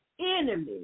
enemy